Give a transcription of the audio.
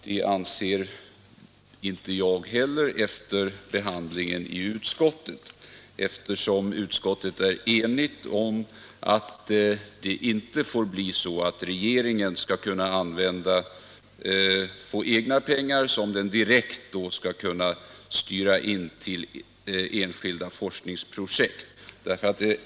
Det anser inte jag heller efter behandlingen i utskottet, eftersom utskottet är enigt om att regeringen inte bör få egna pengar, som den direkt skall kunna styra till enskilda forskningsprojekt.